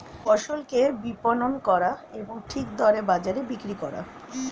ফসলকে বিপণন করা এবং ঠিক দরে বাজারে বিক্রি করা